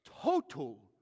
total